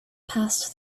passed